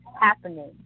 happening